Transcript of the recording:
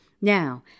Now